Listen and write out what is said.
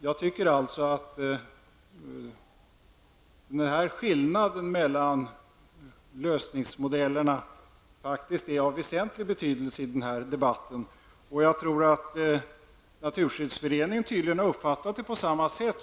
Jag menar alltså att skillnaden mellan dessa båda modeller faktiskt är av väsentlig betydelse i debatten. Jag tror att Naturskyddsföreningen har uppfattat det på samma sätt.